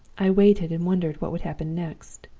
i waited, and wondered what would happen next.